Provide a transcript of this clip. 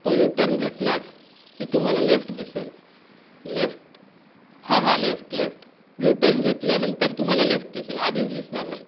तो यूटर्न घेतलात की तुम्हाला लेफ्ट दिसेल लेफ्ट हां हां लेफ्ट लेफ्ट यूटर्न घेतल्यानंतर तुम्हाला लेफ्ट दिसेल आधीच दिसणार नाही